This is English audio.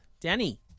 Danny